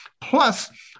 Plus